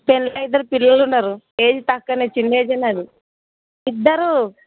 పెండ్లి అయ్యి ఇద్దరు పిల్లలు ఉన్నారు ఏజ్ తక్కువ చిన్న ఏజే నాది ఇద్దరు